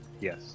Yes